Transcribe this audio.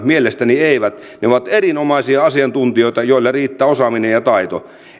mielestäni eivät ne ovat erinomaisia asiantuntijoita joilla riittää osaaminen ja taito